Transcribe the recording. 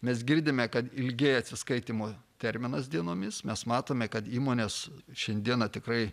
mes girdime kad ilgėja atsiskaitymo terminas dienomis mes matome kad įmonės šiandien tikrai